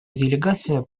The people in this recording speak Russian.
делегация